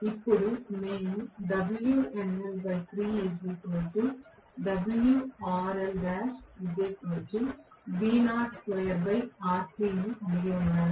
ఇప్పుడు నేను కలిగి ఉన్నాను